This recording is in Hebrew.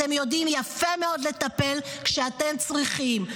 אתם יודעים יפה מאוד לטפל כשאתם צריכים.